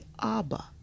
Abba